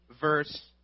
verse